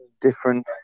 different